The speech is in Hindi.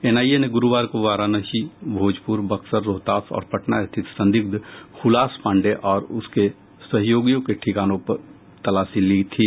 एनआईए ने गुरुवार को वाराणसी भोजपुर बक्सर रोहतास और पटना स्थित संदिग्ध हुलास पांडेय और उसके सहयोगियों के ठिकानों पर तलाशी ली थी